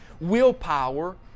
willpower